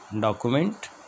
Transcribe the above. document